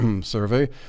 survey